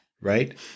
Right